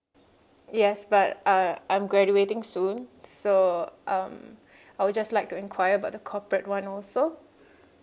yes but uh I'm graduating soon so um I would just like to enquire about the corporate one also